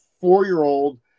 four-year-old